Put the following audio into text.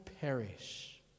perish